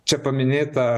čia paminėtą